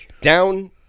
Down